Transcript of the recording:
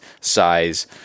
size